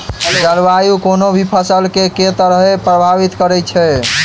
जलवायु कोनो भी फसल केँ के तरहे प्रभावित करै छै?